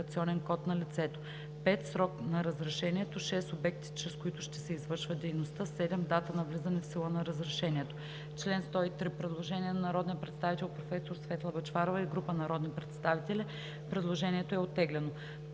Предложението е оттеглено.